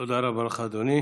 תודה רבה לך, אדוני.